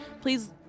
Please